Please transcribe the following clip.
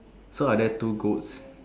so are there two goats